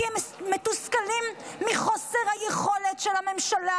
כי הם מתוסכלים מחוסר היכולת של הממשלה